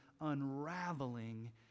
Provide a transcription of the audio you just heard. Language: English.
unraveling